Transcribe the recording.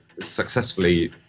successfully